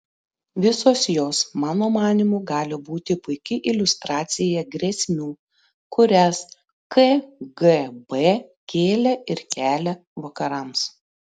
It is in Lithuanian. visos jos mano manymu gali būti puiki iliustracija grėsmių kurias kgb kėlė ir kelia vakarams